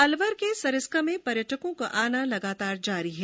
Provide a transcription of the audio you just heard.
अलवर के सरिस्का में पर्यटकों का आना लगातार जारी है